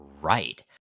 Right